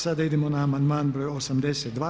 Sada idemo na amandman broj 82.